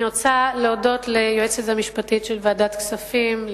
אני רוצה להודות ליועצת המשפטית של ועדת הכספים,